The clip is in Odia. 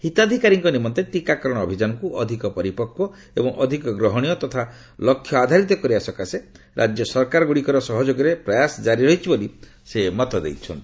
ହିତାଧିକାରୀଙ୍କ ନିମନ୍ତେ ଟିକାକରଣ ଅଭିଯାନକୁ ଅଧିକ ପରିପକ୍ୱ ଏବଂ ଅଧିକ ଗ୍ରହଣୀୟ ତଥା ଲକ୍ଷ ଆଧାରିତ କରିବା ସକାଶେ ରାଜ୍ୟ ସରକାରଗୁଡ଼ିକର ସହଯୋଗରେ ପ୍ରୟାସ ଜାରି ରହିଛି ବୋଲି ସେ କହିଛନ୍ତି